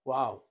Wow